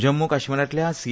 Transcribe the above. जम्मू काश्मीरातल्या सी